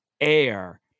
Air